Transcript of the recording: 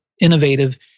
innovative